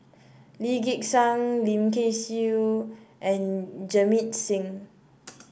Lee Gek Seng Lim Kay Siu and Jamit Singh